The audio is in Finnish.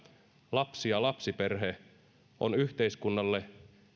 lapsi ja lapsiperhe ovat yhteiskunnalle